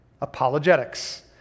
apologetics